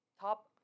top